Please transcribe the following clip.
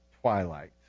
twilight